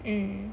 mm